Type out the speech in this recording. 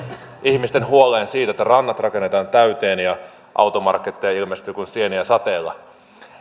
ihmisten huoleen siitä että rannat rakennetaan täyteen ja automarketteja ilmestyy kuin sieniä sateella